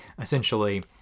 Essentially